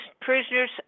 prisoners